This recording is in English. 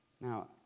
Now